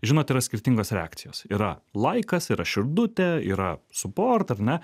žinot yra skirtingos reakcijos yra laikas yra širdutė yra support ar ne